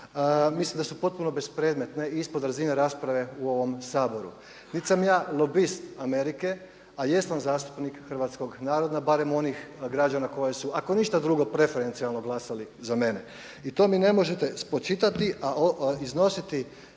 mislim da su potpuno bespredmetne i ispod razine rasprave u ovom Saboru. Niti sam ja lobist Amerike, a jesam zastupnik hrvatskog naroda, barem onih građana koji su ako ništa drugo preferencijalno glasali za mene i to mi ne možete spočitati. A iznositi